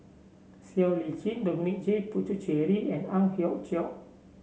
Siow Lee Chin Dominic J Puthucheary and Ang Hiong Chiok